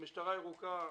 משטרה ירוקה.